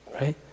right